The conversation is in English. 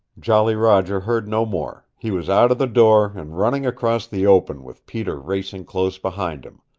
jolly roger heard no more. he was out of the door, and running across the open, with peter racing close behind him.